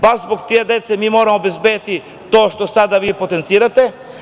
Baš zbog te dece mi moramo obezbediti to što sada vi potencirate.